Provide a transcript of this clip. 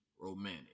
romantic